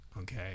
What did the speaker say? okay